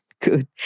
Good